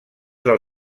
del